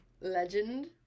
legend